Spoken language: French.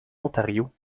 ontario